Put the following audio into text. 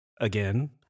Again